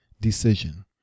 decision